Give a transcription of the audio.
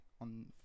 on